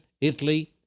Italy